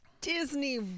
Disney